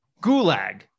gulag